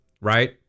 right